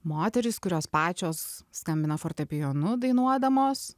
moterys kurios pačios skambina fortepijonu dainuodamos